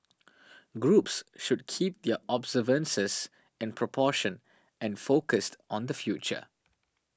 groups should keep their observances in proportion and focused on the future